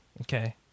okay